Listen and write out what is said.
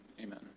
Amen